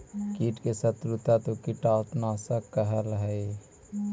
कीट के शत्रु तत्व कीटनाशक कहला हई